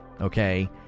okay